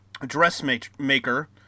dressmaker